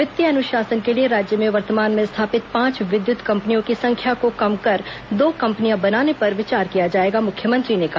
वित्तीय ॅअनुशासन के लिए राज्य में वर्तमान में स्थापित पांच विद्युत कम्पनियों की संख्या को कम कर दो कम्पनियां बनाने पर विचार किया जाएगा मुख्यमंत्री ने कहा